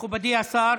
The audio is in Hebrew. מכובדי השר,